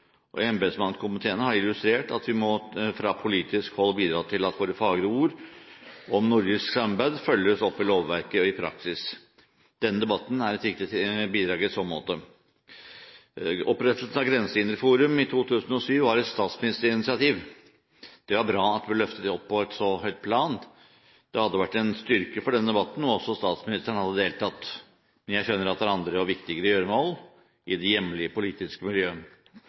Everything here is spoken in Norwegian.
og embetsmannskomiteene har illustrert at vi fra politisk hold må bidra til at våre fagre ord om nordisk samarbeid følges opp i lovverket og i praksis. Denne debatten er et viktig bidrag i så måte. Opprettelsen av Grensehinderforum i 2007 var et statsministerinitiativ. Det var bra at vi løftet det opp på et så høyt plan. Det hadde vært en styrke for denne debatten om også statsministeren hadde deltatt, men jeg skjønner at det er andre og viktigere gjøremål i det hjemlige politiske